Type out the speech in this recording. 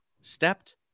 stepped